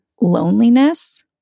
loneliness